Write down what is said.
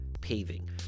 Paving